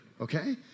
okay